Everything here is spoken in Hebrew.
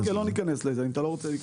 בסדר, לא ניכנס לזה.